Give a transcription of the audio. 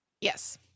yes